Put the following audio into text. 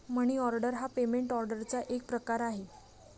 मनी order हा payment ऑर्डरचा एक प्रकार आहे